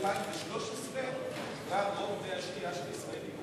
ב-2013 רוב מי השתייה של ישראל יהיו